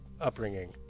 upbringing